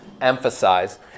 emphasize